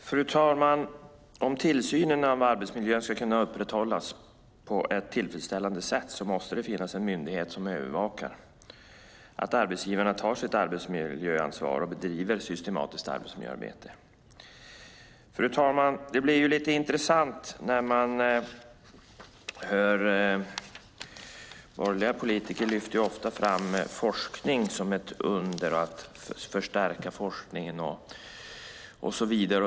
Fru talman! Om tillsynen över arbetsmiljön ska kunna upprätthållas på ett tillfredsställande sätt måste det finnas en myndighet som övervakar att arbetsgivarna tar sitt arbetsmiljöansvar och bedriver ett systematiskt arbetsmiljöarbete. Fru talman! Borgerliga politiker lyfter ofta fram forskningen och att den ska förstärkas, vilket är intressant.